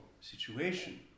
situation